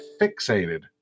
fixated